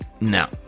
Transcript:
No